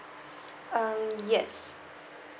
um yes